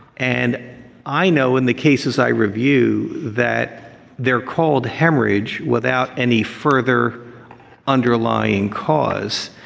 and i know in the cases i review that they're called hemorrhage without any further underlying cause.